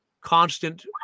constant